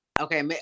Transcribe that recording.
Okay